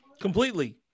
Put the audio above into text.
completely